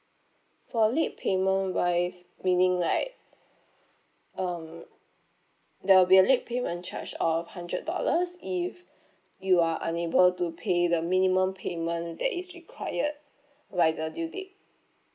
for late payment wise meaning like um there will be a late payment charge of hundred dollars if you are unable to pay the minimum payment that is required by the due date